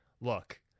look